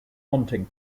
hunting